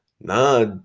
Nah